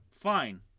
Fine